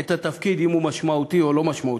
את התפקיד אם הוא משמעותי או לא משמעותי.